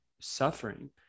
suffering